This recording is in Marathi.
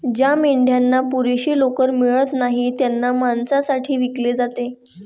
ज्या मेंढ्यांना पुरेशी लोकर मिळत नाही त्यांना मांसासाठी विकले जाते